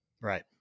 Right